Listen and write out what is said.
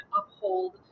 uphold